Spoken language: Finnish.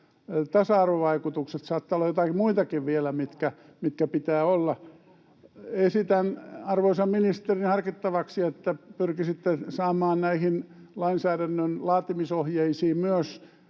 tasa-arvovaikutukset. Saattaa olla joitain muitakin vielä, mitä pitää olla. Esitän arvoisan ministerin harkittavaksi, että pyrkisitte saamaan näihin lainsäädännön laatimisohjeisiin myös